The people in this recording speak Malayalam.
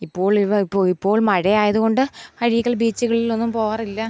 ഇപ്പോൾ ഇവ ഇപ്പോൾ ഇപ്പോൾ മഴയായതു കൊണ്ട് അഴീക്കൽ ബീച്ചുകളിലൊന്നും പോകാറില്ല